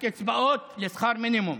הקצבאות לשכר המינימום.